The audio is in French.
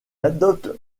adopte